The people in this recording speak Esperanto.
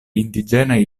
indiĝenaj